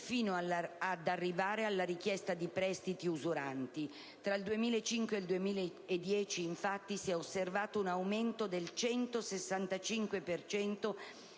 fino ad arrivare alla richiesta di prestiti usurari: tra il 2005 e il 2010, infatti, si è osservato un aumento del 165